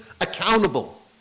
accountable